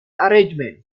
arrangement